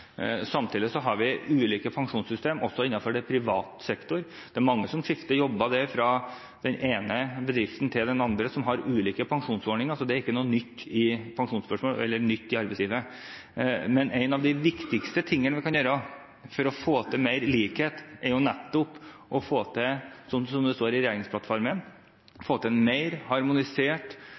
Samtidig har vi ulike pensjonssystemer også innenfor privat sektor. Det er mange som skifter jobb fra den ene bedriften til den andre, som har ulike pensjonsordninger, så det er ikke noe nytt i pensjonsspørsmål eller i arbeidslivet. Men noe av det viktigste man kan gjøre for å få til mer likhet, er nettopp å få til – sånn som det står i regjeringsplattformen – en mer harmonisert